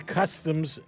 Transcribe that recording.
customs